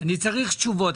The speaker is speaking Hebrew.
אני צריך תשובות.